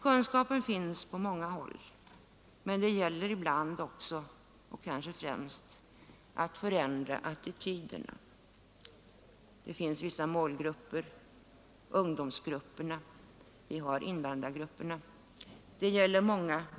Kunskapen finns på många håll, men det gäller ibland också och kanske främst att förändra attityderna. Det finns vissa målgrupper: bl.a. ungdomsgrupperna, invandrargrupperna.